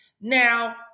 Now